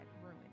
ruin